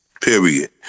period